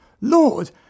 Lord